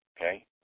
okay